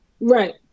Right